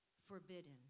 Forbidden